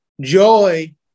Joy